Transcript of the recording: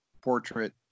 portrait